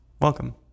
Welcome